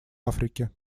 африке